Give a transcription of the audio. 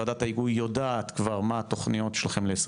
וועדת ההיגוי יודעת כבר מה התוכניות שלכם ל-22.